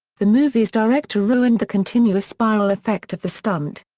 the movie's director ruined the continuous spiral effect of the stunt.